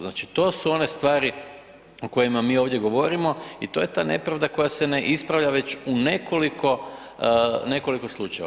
Znači to su one stvari o kojima mi ovdje govorimo i to je ta nepravda koja se ne ispravlja već u nekoliko slučajeva.